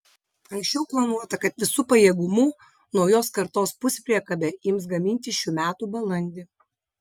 anksčiau planuota kad visu pajėgumu naujos kartos puspriekabę ims gaminti šių metų balandį